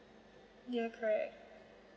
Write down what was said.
ya correct